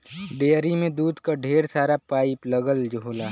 dairy में दूध क ढेर सारा पाइप लगल होला